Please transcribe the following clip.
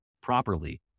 properly